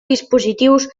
dispositius